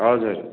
हजुर